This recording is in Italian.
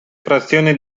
frazione